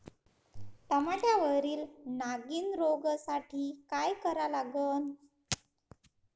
टमाट्यावरील नागीण रोगसाठी काय करा लागन?